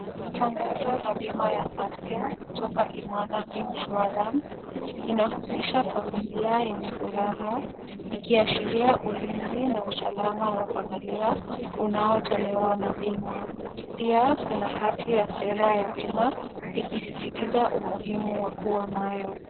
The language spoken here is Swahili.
Tangazo la bima ya afya kutoka Imama insurance , inahususha familia yenye furaha ikiashiria ulinzi na usalama wa familia unaotolewa na bima. Pia kuna hati ya sera ya bima ikisisitiza umuhimu wa kuwa nayo.